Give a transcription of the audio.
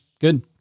good